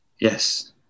Yes